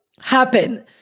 happen